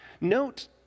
Note